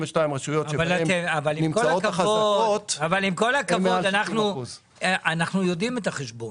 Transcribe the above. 22 רשויות שבהן נמצאות החזקות הן מעל 60%. אבל עם כל הכבוד אנחנו יודעים את החשבון,